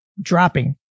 dropping